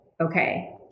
okay